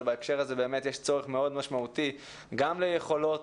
בהקשר הזה יש צורך מאוד משמעותי גם ליכולות,